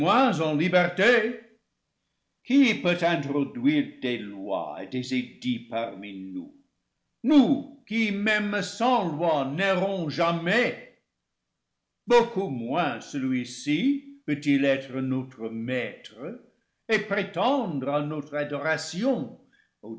en liberté qui peut introduire des lois et des édits parmi nous nous qui même sans loi n'errons jamais beaucoup moins celui-ci peut-il être notre maître et prétendre à notre adoration